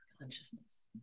consciousness